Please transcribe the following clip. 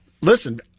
listen